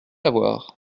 avoir